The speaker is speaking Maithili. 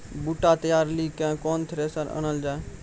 बूटा तैयारी ली केन थ्रेसर आनलऽ जाए?